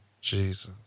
Jesus